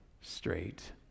straight